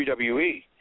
WWE